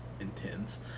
intense